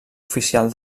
oficial